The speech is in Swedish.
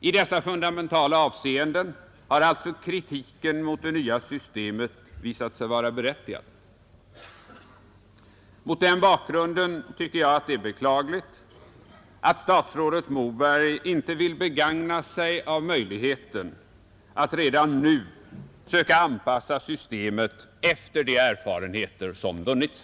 I dessa fundamentala avseenden har alltså kritiken mot det nya systemet visat sig vara berättigad. Mot den bakgrunden tycker jag att det är beklagligt att statsrådet Moberg inte vill begagna möjligheten att redan nu söka anpassa systemet efter de erfarenheter som vunnits.